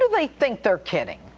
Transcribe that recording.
do they think they're kidding?